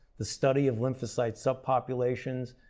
the study of lymphocyte subpopulations,